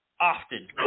often